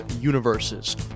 universes